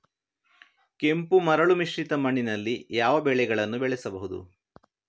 ಕೆಂಪು ಮರಳು ಮಿಶ್ರಿತ ಮಣ್ಣಿನಲ್ಲಿ ಯಾವ ಬೆಳೆಗಳನ್ನು ಬೆಳೆಸಬಹುದು?